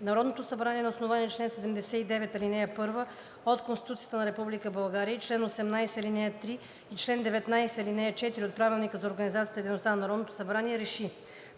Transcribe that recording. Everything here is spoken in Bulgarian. Народното събрание на основание чл. 79, ал. 1 от Конституцията на Република България и чл. 18, ал. 3 и чл. 19, ал. 4 от Правилника за организацията и дейността на Народното събрание РЕШИ: